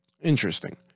Interesting